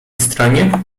stronie